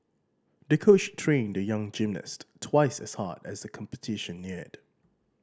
the coach trained the young gymnast twice as hard as the competition neared